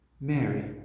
Mary